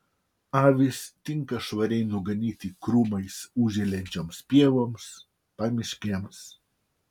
avys tinka švariai nuganyti krūmais užželiančioms pievoms pamiškėms